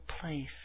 place